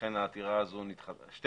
לכן שתי העתירות הללו נדחו,